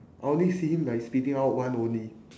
I only see him like spitting out one only